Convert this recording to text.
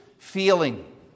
feeling